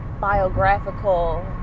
biographical